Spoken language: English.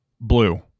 Blue